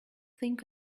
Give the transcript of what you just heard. think